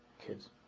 kids